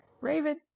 Raven